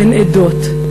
בין עדות,